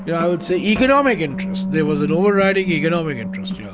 yeah i would say economic interest. there was an overriding economic interest, yes.